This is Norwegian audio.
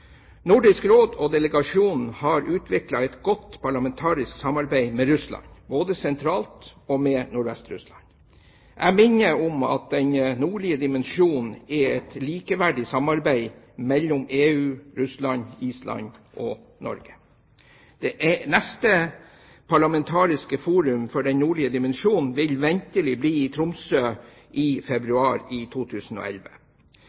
Nordisk Råd og delegasjonen har utviklet et godt parlamentarisk samarbeid med Russland, både sentralt og med Nordvest-Russland. Jeg minner om at den nordlige dimensjonen er et likeverdig samarbeid mellom EU, Russland, Island og Norge. Det neste parlamentariske forum for den nordlige dimensjon vil ventelig bli i Tromsø i